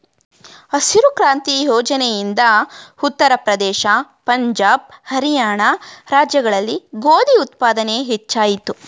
ಹಸಿರು ಕ್ರಾಂತಿ ಯೋಜನೆ ಇಂದ ಉತ್ತರ ಪ್ರದೇಶ, ಪಂಜಾಬ್, ಹರಿಯಾಣ ರಾಜ್ಯಗಳಲ್ಲಿ ಗೋಧಿ ಉತ್ಪಾದನೆ ಹೆಚ್ಚಾಯಿತು